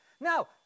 now